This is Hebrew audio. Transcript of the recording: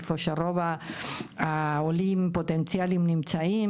איפה שרוב העולים הפוטנציאליים נמצאים,